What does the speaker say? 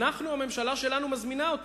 אנחנו, הממשלה שלנו מזמינה אותו.